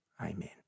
Amen